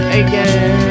again